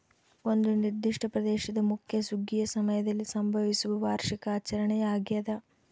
ಒಂದು ನಿರ್ದಿಷ್ಟ ಪ್ರದೇಶದ ಮುಖ್ಯ ಸುಗ್ಗಿಯ ಸಮಯದಲ್ಲಿ ಸಂಭವಿಸುವ ವಾರ್ಷಿಕ ಆಚರಣೆ ಆಗ್ಯಾದ